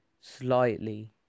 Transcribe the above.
slightly